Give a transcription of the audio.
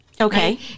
Okay